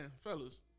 fellas